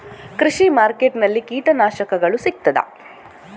ಕೃಷಿಮಾರ್ಕೆಟ್ ನಲ್ಲಿ ಕೀಟನಾಶಕಗಳು ಸಿಗ್ತದಾ?